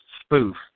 spoof